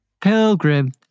Pilgrim